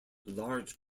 large